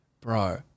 bro